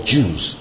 Jews